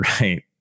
Right